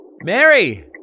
Mary